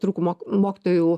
trūkumo mokytojų